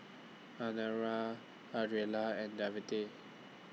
Adriana Ardella and Devante